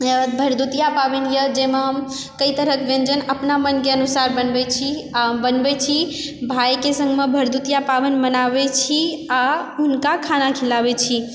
भरदुतिया पाबनि यऽ जैमे हम कइ तरहके व्यञ्जन अपना मनके अनुसार बनबय छी आओर बनबय छी भाइके सङ्गमे भरदुतिया पाबनि मनाबय छी आओर हुनका खाना खिलाबय छी